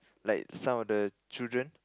like some of the children